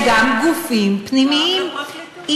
וגם גופים פנימיים.